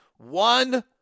One